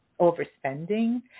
overspending